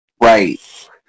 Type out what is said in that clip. right